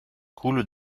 coule